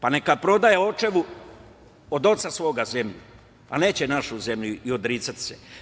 Pa, neka prodaje očevu, od oca svoga zemlju, a neće našu zemlju i odricati se.